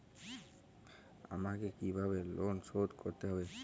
আমাকে কিভাবে লোন শোধ করতে হবে?